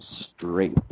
straight